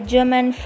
German